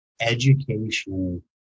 education